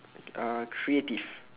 ah creative